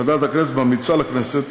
ועדת הכנסת ממליצה לכנסת